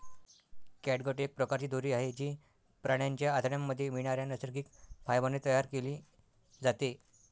catgut एक प्रकारची दोरी आहे, जी प्राण्यांच्या आतड्यांमध्ये मिळणाऱ्या नैसर्गिक फायबर ने तयार केली जाते